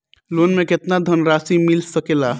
Loan मे केतना धनराशी मिल सकेला?